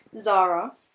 Zara